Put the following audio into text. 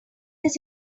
this